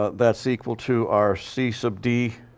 that's equal to our c sub d